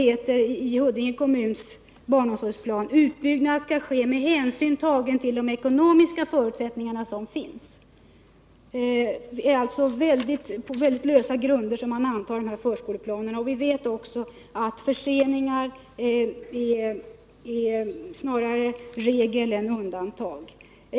I Huddinge kommuns barnomsorgsplan heter det att utbyggnad skall ske med hänsyn tagen till de ekonomiska förutsättningar som finns. Det är på väldigt lösa grunder som man antar förskoleplanerna. Vi vet också att förseningar är snarare regel än undantag.